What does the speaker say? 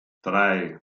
drei